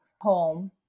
home